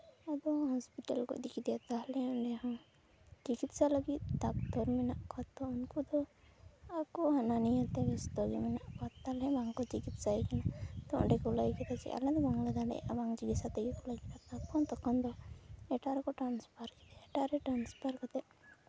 ᱟᱫᱚ ᱦᱚᱥᱯᱚᱴᱟᱞ ᱠᱚ ᱤᱫᱤ ᱠᱮᱫᱮᱭᱟ ᱛᱟᱦᱚᱞᱮ ᱚᱸᱰᱮ ᱦᱚᱸ ᱪᱤᱠᱤᱛᱥᱟ ᱞᱟᱹᱜᱤᱫ ᱰᱟᱠᱛᱚᱨ ᱢᱮᱱᱟᱜ ᱠᱚᱣᱟ ᱛᱚ ᱩᱱᱠᱩ ᱫᱚ ᱟᱠᱚ ᱦᱟᱱᱟᱱᱤᱭᱟᱹ ᱛᱮ ᱵᱮᱥᱛᱚ ᱨᱮ ᱢᱮᱱᱟᱜ ᱠᱚᱣᱟ ᱛᱟᱦᱚᱞᱮ ᱵᱟᱝᱠᱚ ᱪᱤᱠᱤᱛᱥᱟᱭᱮ ᱠᱟᱱᱟ ᱛᱚ ᱚᱸᱰᱮ ᱠᱚ ᱞᱟᱹᱭ ᱠᱮᱫᱟ ᱡᱮ ᱟᱞᱮᱫᱚ ᱵᱟᱝᱞᱮ ᱫᱟᱲᱮᱭᱟᱜᱼᱟ ᱵᱟᱝ ᱪᱤᱠᱤᱛᱥᱟ ᱛᱮᱜᱮ ᱠᱚ ᱞᱟᱹᱭ ᱠᱮᱫᱟ ᱛᱚᱠᱷᱚᱱ ᱫᱚ ᱮᱴᱟᱜ ᱨᱮᱠᱚ ᱴᱨᱟᱱᱥᱯᱷᱟᱨ ᱠᱮᱫᱮᱭᱟ ᱮᱴᱟᱜ ᱨᱮ ᱴᱨᱟᱱᱥᱯᱷᱟᱨ ᱠᱟᱛᱮ